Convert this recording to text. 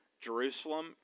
Jerusalem